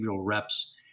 reps